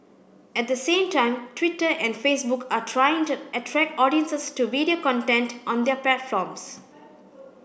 at the same time Twitter and Facebook are trying to attract audiences to video content on their platforms